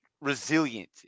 resilient